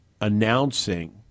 announcing